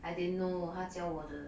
I didn't know 她教我的